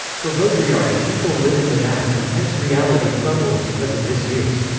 for baudrillard, people live in the map and hence reality crumbles because of misuse.